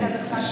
כן,